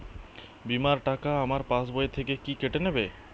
বিমার টাকা আমার পাশ বই থেকে কি কেটে নেবে?